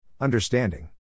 Understanding